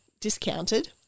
discounted